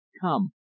come